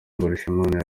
mbarushimana